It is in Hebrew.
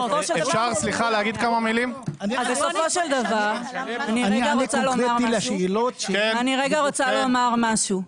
אני רגע רוצה לומר משהו.